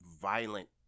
violent